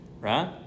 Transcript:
Right